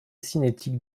cinétique